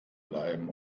bleiben